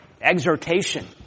exhortation